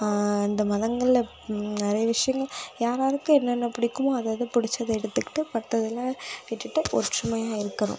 இந்த மதங்களில் நிறைய விஷயங்கள் யாராருக்கு என்னென்ன பிடிக்குமோ அதுதது பிடிச்சத எடுத்துக்கிட்டு மற்றதுல விட்டுட்டு ஒற்றுமையாக இருக்கணும்